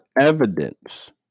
evidence